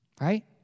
Right